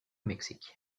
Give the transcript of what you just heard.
mexique